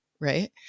right